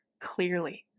clearly